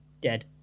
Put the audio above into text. Dead